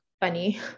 funny